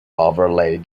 overlay